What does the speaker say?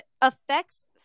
affects